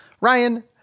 Ryan